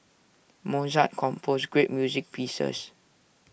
Mozart composed great music pieces